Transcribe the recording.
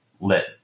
lit